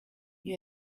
you